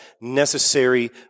necessary